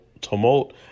tumult